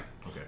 Okay